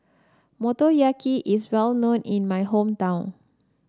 motoyaki is well known in my hometown